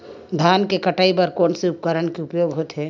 धान के कटाई बर कोन से उपकरण के उपयोग होथे?